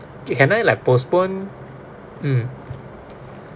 can I it like postpone mm